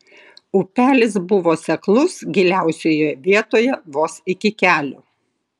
upelis buvo seklus giliausioje vietoj vos iki kelių